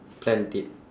planned it